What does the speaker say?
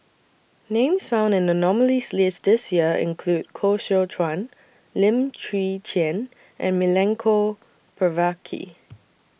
Names found in The nominees' list This Year include Koh Seow Chuan Lim Chwee Chian and Milenko Prvacki